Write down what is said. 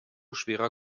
schwerer